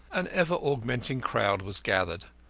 an ever-augmenting crowd was gathered,